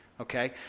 Okay